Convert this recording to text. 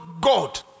God